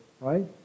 right